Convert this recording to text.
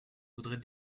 voudrais